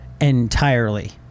entirely